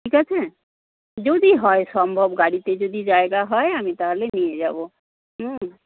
ঠিক আছে যদি হয় সম্ভব গাড়িতে যদি জায়গা হয় আমি তাহলে নিয়ে যাব হুম